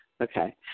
Okay